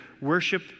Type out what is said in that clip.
worship